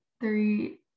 three